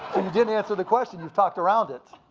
you didn't answer the question. you've talked around it.